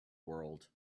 world